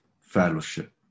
fellowship